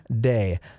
day